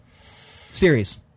Series